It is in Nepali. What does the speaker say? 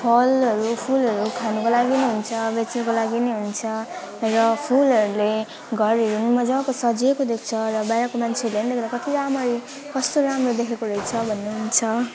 फलहरू फुलहरू खानको लागि पनि हुन्छ बेच्नको लागि पनि हुन्छ र फुलहरूले घरहरू पनि मजाको सजिएको देख्छ र बाहिरको मान्छेहरूले पनि कत्ति राम्ररी कस्तो राम्रो देखिएको रहेछ भन्नुहुन्छ